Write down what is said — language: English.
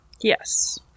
Yes